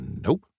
Nope